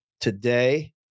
today